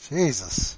Jesus